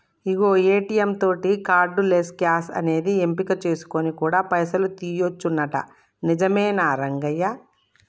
అగో ఏ.టీ.యం తోటి cardless cash అనేది ఎంపిక చేసుకొని కూడా పైసలు తీయొచ్చునంట నిజమేనా రంగయ్య